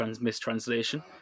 mistranslation